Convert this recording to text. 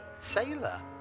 Sailor